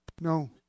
No